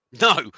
No